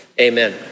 amen